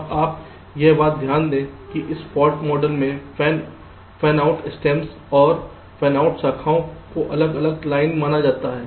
अब आप एक बात ध्यान दें कि इस फॉल्ट मॉडल में फैनआउट स्ट्रीम और फैनआउट शाखाओं को अलग अलग लाइन माना जाता है